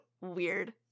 weird